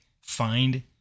find